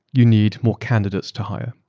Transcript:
you need more candidates to hire.